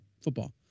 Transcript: football